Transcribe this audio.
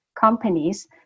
companies